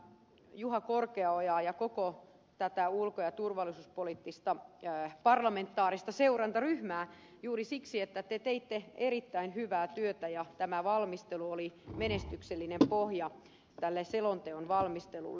juha korkeaojaa ja koko tätä ulko ja turvallisuuspoliittista parlamentaarista seurantaryhmää juuri siksi että te teitte erittäin hyvää työtä ja tämä valmistelu oli menestyksellinen pohja tälle selonteon valmistelulle